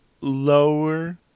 lower